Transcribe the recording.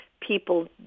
people